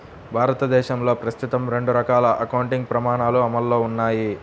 భారతదేశంలో ప్రస్తుతం రెండు రకాల అకౌంటింగ్ ప్రమాణాలు అమల్లో ఉన్నాయి